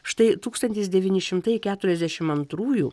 štai tūkstantis devyni šimtai keturiasdešim antrųjų